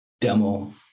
demo